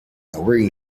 wearing